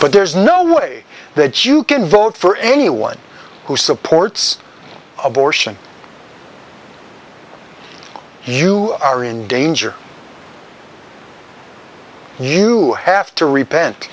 but there's no way that you can vote for anyone who supports abortion you are in danger you have to repent